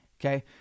Okay